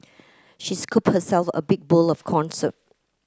she scooped herself a big bowl of corn soup